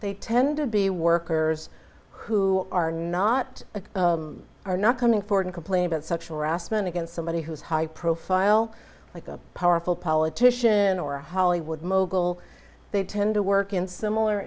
they tend to be workers who are not a are not coming forward complain about sexual harassment against somebody who's high profile like a powerful politician or a hollywood mogul they tend to work in similar